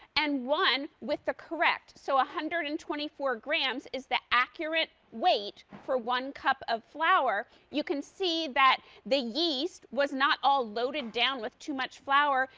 and one with the correct, so one ah hundred and twenty four grams is the accurate wait for one cup of flour. you can see that the yeast was not all loaded down with too much flower,